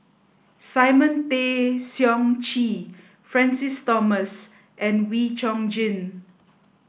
Simon Tay Seong Chee Francis Thomas and Wee Chong Jin